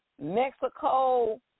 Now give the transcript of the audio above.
Mexico